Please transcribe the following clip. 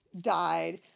Died